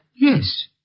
Yes